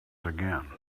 again